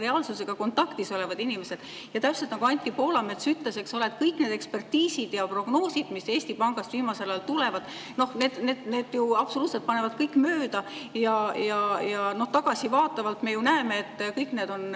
reaalsusega kontaktis olevad inimesed. Ja täpselt nagu Anti Poolamets ütles, kõik need ekspertiisid ja prognoosid, mis Eesti Pangast viimasel ajal tulevad – no need ju absoluutselt panevad mööda. Tagasivaatavalt me ju näeme, et ekspertiis on